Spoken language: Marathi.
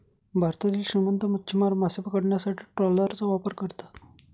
भारतातील श्रीमंत मच्छीमार मासे पकडण्यासाठी ट्रॉलरचा वापर करतात